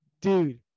dude